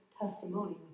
testimony